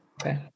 Okay